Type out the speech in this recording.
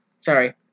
Sorry